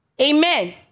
Amen